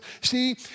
see